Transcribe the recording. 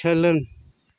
सोलों